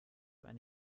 einen